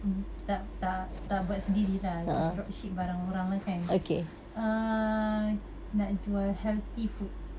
tak tak tak buat sendiri lah just drop ship barang orang lah kan err nak jual healthy food